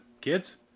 kids